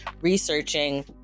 researching